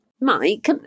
Mike